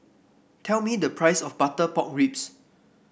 tell me the price of Butter Pork Ribs